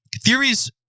Theories